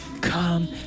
come